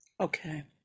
Okay